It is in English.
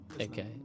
okay